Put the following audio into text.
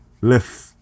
lift